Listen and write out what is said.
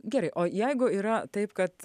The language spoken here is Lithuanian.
gerai o jeigu yra taip kad